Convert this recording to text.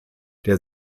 der